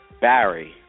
Barry